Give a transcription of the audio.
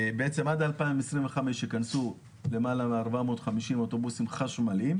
עד 2025 ייכנסו למעלה מ-450 אוטובוסים חשמליים,